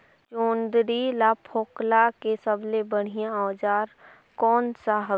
जोंदरी ला फोकला के सबले बढ़िया औजार कोन सा हवे?